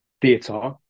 theatre